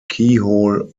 keyhole